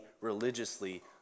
religiously